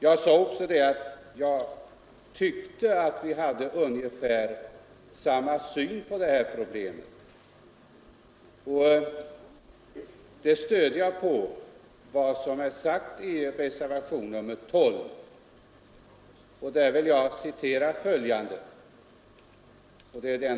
Jag sade också att jag tyckte att vi hade ungefär samma syn på det här problemet. Och det stöder jag på vad som är anfört i reservationen 12 — den reservation som herr Nilsson skrivit under.